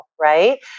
right